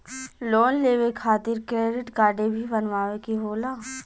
Loan लेवे खातिर credit काडे भी बनवावे के होला?